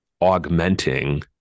augmenting